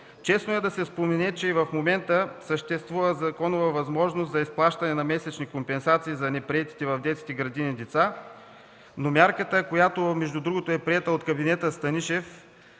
Честно е да се спомене, че и в момента съществува законова възможност за изплащане на месечни компенсации за неприетите в детски градини деца, но мярката, която между другото е приета от кабинета Станишев,